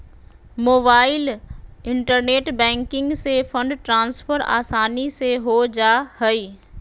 mobile internet banking से fund transfer आसानी से हो जा हइ